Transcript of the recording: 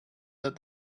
that